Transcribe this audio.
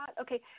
Okay